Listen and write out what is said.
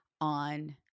on